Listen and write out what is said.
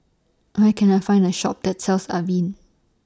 Where Can I Find A Shop that sells Avene